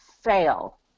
fail